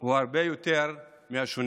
הוא הרבה יותר מהשונה,